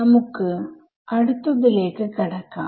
നമുക്ക് അടുത്തത്തിലേക്ക് കടക്കാം